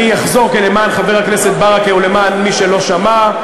אחזור למען חבר הכנסת ברכה ולמען מי שלא שמע: